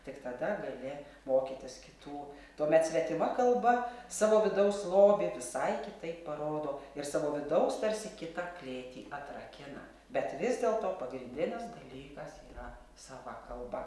tik tada gali mokytis kitų tuomet svetima kalba savo vidaus lobį visai kitaip parodo ir savo vidaus tarsi kitą klėtį atrakina bet vis dėlto pagrindinis dalykas yra sava kalba